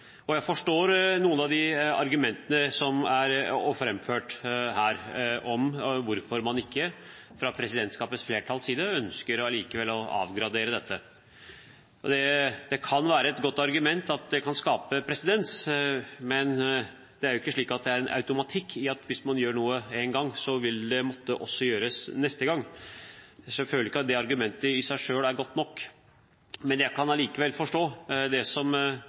innlegg. Jeg forstår noen av de argumentene som er framført om hvorfor man fra presidentskapets flertalls side allikevel ikke ønsker å avgradere dette. Det kan være et godt argument at det kan skape presedens, men det er ikke noen automatikk i at hvis man gjør noe én gang, vil det også måtte gjøres neste gang. Jeg føler ikke at det argumentet i seg selv er godt nok. Jeg kan allikevel forstå det som